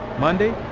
monday